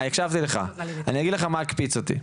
אני הקשבתי לך ואני אגיד לך מה הקפיץ אותי,